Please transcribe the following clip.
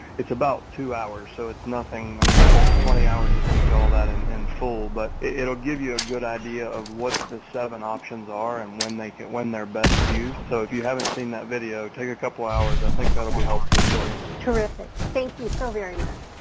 it's about two hours. hours. so it's nothing. i mean, it's like twenty hours of teach all that in and full, but it'll give you a good idea of what the seven options are and when they can when they're best used. so if you haven't seen that video, take a couple hours, i think that'll be helpful for you. terrific, thank you so very much.